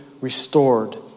restored